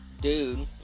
dude